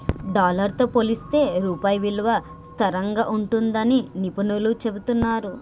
dollar తో పోలిస్తే రూపాయి విలువ స్థిరంగా ఉంటుందని నిపుణులు చెబుతున్నరు